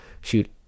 shoot